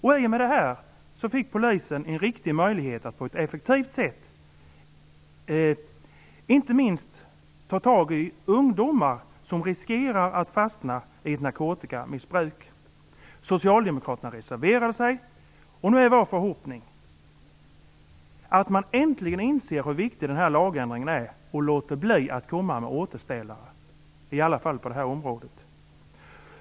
I och med detta fick polisen en riktig möjlighet att på ett effektivt sätt ta tag i inte minst ungdomar som riskerar att fastna i ett narkotikamissbruk. Socialdemokraterna reserverade sig. Nu är vår förhoppning att Socialdemokraterna äntligen inser hur viktig denna lagändring är och låter bli att komma med återställare, åtminstone på detta område.